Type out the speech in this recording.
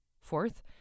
Fourth